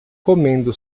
comendo